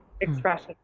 expression